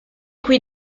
qui